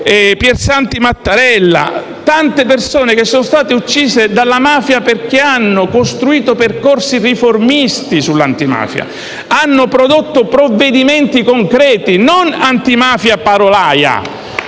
Piersanti Mattarella; tante persone che sono state uccise dalla mafia perché hanno costruito percorsi riformisti sull'antimafia, hanno prodotto provvedimenti concreti e non antimafia parolaia